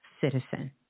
citizen